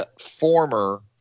former